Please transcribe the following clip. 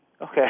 Okay